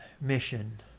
mission